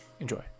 Enjoy